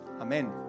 Amen